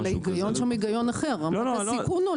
אבל ההיגיון שם הוא הגיון אחר, רמת הסיכון עולה.